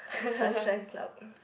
sunshine club